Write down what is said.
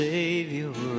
Savior